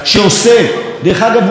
הוא עושה בתחום הזה,